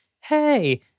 hey